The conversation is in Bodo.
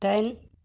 दाइन